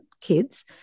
kids